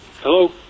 Hello